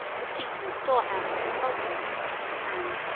the seat and storehouse of the sultan and,